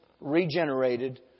regenerated